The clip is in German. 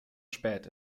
spät